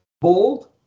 bold